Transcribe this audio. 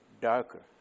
darker